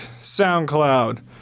SoundCloud